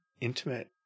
intimate